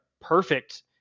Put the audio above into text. perfect